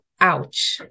ouch